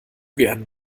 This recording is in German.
gern